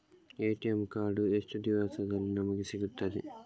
ATM card ಎಷ್ಟು ದಿವಸದಲ್ಲಿ ನಮಗೆ ಸಿಗುತ್ತದೆ?